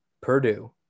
Purdue